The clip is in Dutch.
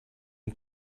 een